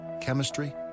chemistry